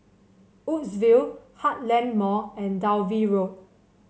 Woodsville Heartland Mall and Dalvey Road